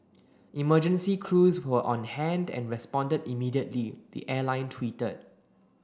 emergency crews were on hand and responded immediately the airline tweeted